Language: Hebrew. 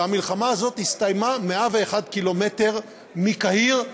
והמלחמה הזאת הסתיימה 101 קילומטר מקהיר,